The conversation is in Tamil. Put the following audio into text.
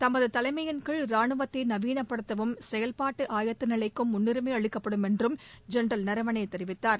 தமகுதலைமையின்கீழ் ராணுவத்தைநவீனப்படுத்தவும் செயல்பாட்டுஆயத்தநிலைக்கும் முன்னுரிமைஅளிக்கப்படும் என்றும் ஜெனரல் நரவணேதெரிவித்தார்